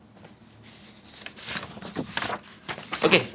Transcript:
okay